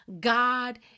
God